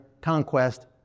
conquest